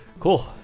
Cool